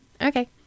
Okay